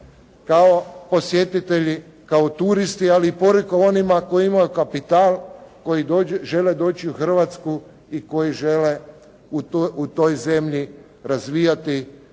kao posjetitelji, kao turisti ali i poruka onima koji imaju kapital, koji žele doći u Hrvatsku i koji žele u toj zemlji razvijati